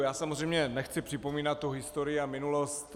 Já samozřejmě nechci připomínat historii a minulost.